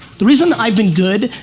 the reason i've been good,